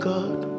God